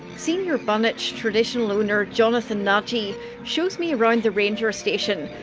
senior bunitj traditional owner jonathan nadji shows me around the ranger station,